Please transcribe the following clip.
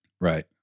Right